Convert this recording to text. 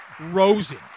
Rosen